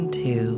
two